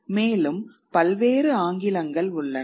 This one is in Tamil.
மேலும் பல்வேறு ஆங்கிலங்கள் உள்ளன